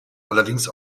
allerdings